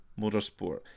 motorsport